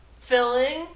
Filling